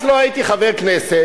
אז לא הייתי חבר כנסת,